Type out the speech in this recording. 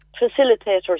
facilitators